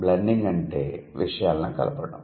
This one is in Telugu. బ్లెండింగ్ అంటే విషయాలను కలపడం